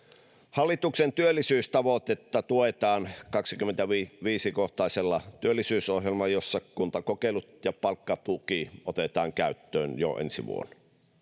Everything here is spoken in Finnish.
hallituksen työllisyystavoitetta tuetaan kaksikymmentäviisi kohtaisella työllisyysohjelmalla jossa kuntakokeilut ja palkkatuki otetaan käyttöön jo ensi vuonna